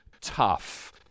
tough